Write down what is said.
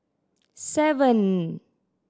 seven